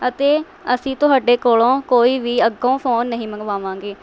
ਅਤੇ ਅਸੀਂ ਤੁਹਾਡੇ ਕੋਲੋਂ ਕੋਈ ਵੀ ਅੱਗੋਂ ਫ਼ੋਨ ਨਹੀਂ ਮੰਗਵਾਵਾਂਗੇ